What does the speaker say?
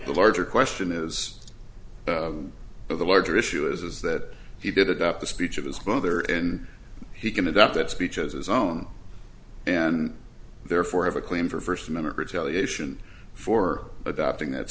the larger question is of the larger issue is that he did adopt the speech of his mother and he can adopt that speech as his own and therefore have a claim for first minute retaliation for adopting that